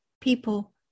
people